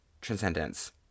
Transcendence